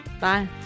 Bye